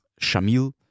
Shamil